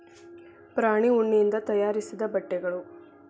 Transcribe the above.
ಪ್ರಾಣಿ ಉಣ್ಣಿಯಿಂದ ತಯಾರಿಸಿದ ಬಟ್ಟೆಗಳು